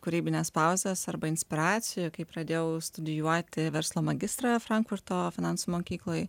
kūrybinės pauzės arba inspiracijų kai pradėjau studijuoti verslo magistrą frankfurto finansų mokykloj